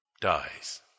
dies